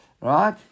Right